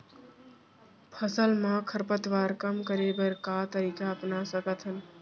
फसल मा खरपतवार कम करे बर का तरीका अपना सकत हन?